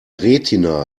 retina